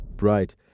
Right